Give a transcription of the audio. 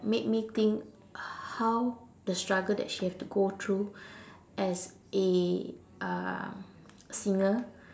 made me think how the struggle that she have to go through as a um singer